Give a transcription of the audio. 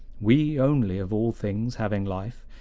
we only, of all things having life,